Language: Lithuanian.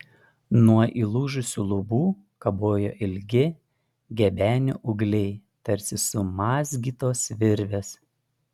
nuo įlūžusių lubų kabojo ilgi gebenių ūgliai tarsi sumazgytos virvės